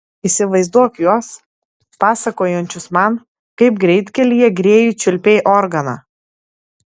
įsivaizduok juos pasakojančius man kaip greitkelyje grėjui čiulpei organą